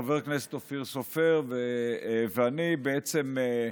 חבר הכנסת אופיר סופר ואני, ההצעה שלי,